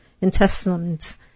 intestines